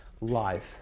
life